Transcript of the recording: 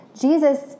Jesus